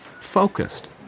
focused